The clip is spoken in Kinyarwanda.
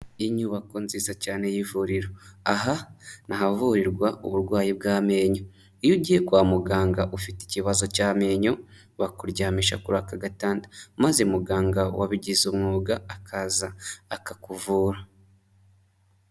Inyubako nziza cyane y'ivuriro, aha ni ahavurirwa uburwayi bw'amenyo, iyo ugiye kwa muganga ufite ikibazo cy'amenenyo, bakuryamisha kuri aka gatanda maze muganga wabigize umwuga akaza akakuvura.